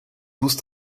douze